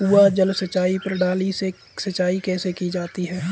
कुआँ जल सिंचाई प्रणाली से सिंचाई कैसे की जाती है?